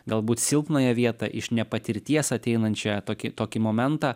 galbūt silpnąją vietą iš nepatirties ateinančią tokį tokį momentą